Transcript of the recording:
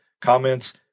comments